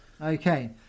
okay